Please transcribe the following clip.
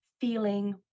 feeling